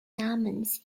namens